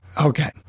Okay